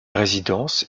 résidence